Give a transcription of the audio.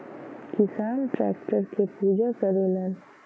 किसान टैक्टर के पूजा करलन